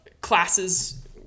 classes